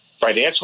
financial